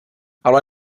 ale